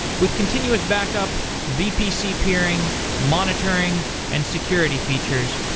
with continuous back-up, vpc peering, monitoring, and security features,